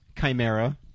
Chimera